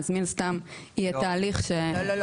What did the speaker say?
אז מן הסתם יהיה תהליך --- לא,